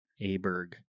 Aberg